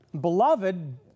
Beloved